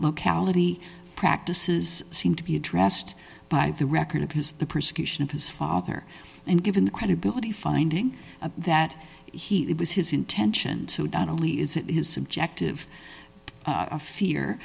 locality practices seem to be addressed by the record of his the persecution of his father and given the credibility finding that he it was his intention to not only is it his subjective fear